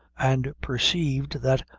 and perceived that,